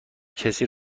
کسی